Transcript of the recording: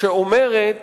שאומרת